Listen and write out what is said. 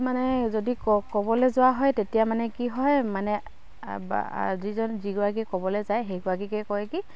মানে যদি ক'বলে যোৱা হয় তেতিয়া মানে কি হয় মানে বা যিজন যিগৰাকীয়ে ক'বলে যায় সেইগৰাকীকে কয় কি